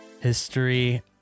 history